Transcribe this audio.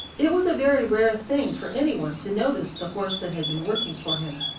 it was a very rare thing for any one to notice the horse that had been working for him.